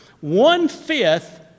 One-fifth